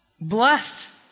Blessed